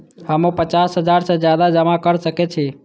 हमू पचास हजार से ज्यादा जमा कर सके छी?